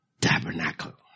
tabernacle